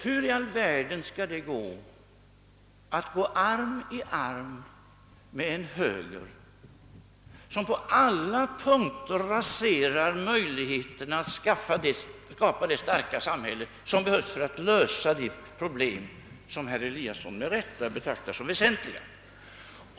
Hur i all världen skall det vara möjligt att gå arm i arm med en höger som vill rasera möjligheterna att skapa det starka samhälle som behövs för att lösa alla de problem som herr Eliasson med rätta betraktar som väsentliga.